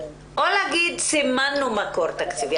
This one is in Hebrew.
או לסמן מקור תקציבי.